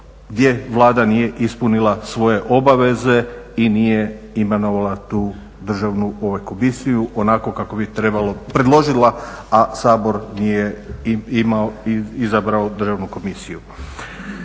gdje Vlada nije ispunila svoje obaveze i nije imenovala tu Državnu komisiju onako kako bi trebalo, predložila, a Sabor nije izabrao Državnu komisiju.